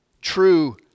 true